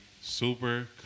super